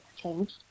changed